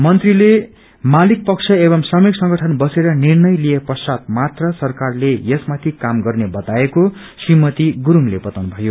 मन्त्रीले मालिक पक्ष एवं श्रमिक संगठन बसेर निर्णय लिए पश्चात मात्र सरकारले यसमाथि काम गर्ने बताएको श्रीमती गुरूङले बताउनु भयो